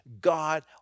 God